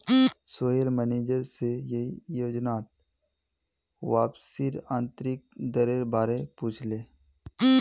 Sohail manager से ई योजनात वापसीर आंतरिक दरेर बारे पुछले